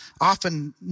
often